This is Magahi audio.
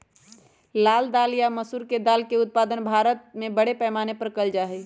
लाल दाल या मसूर के दाल के उत्पादन भारत में बड़े पैमाने पर कइल जा हई